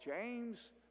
James